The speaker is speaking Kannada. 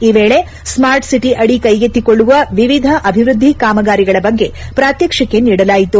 ಈ ವೇಳೆ ಸ್ನಾರ್ಟ್ ಸಿಟಿ ಅಡಿ ಕೈಗೆತ್ತಿಕೊಳ್ಳುವ ವಿವಿಧ ಅಭಿವೃದ್ದಿ ಕಾಮಗಾರಿಗಳ ಬಗ್ಗೆ ಪ್ರಾತ್ಸಕ್ಷಿಕೆ ನೀಡಲಾಯಿತು